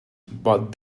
but